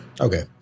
Okay